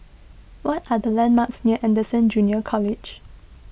what are the landmarks near Anderson Junior College